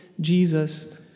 Jesus